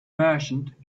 merchant